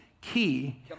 key